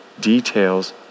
details